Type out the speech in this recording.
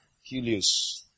Helios